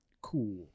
cool